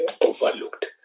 overlooked